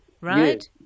Right